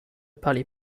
parlez